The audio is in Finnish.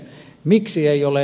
miksi ei ole